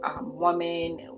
Woman